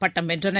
பட்டம் வென்றனர்